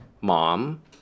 mom